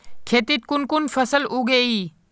खेतीत कुन कुन फसल उगेई?